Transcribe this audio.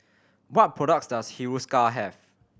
what products does Hiruscar have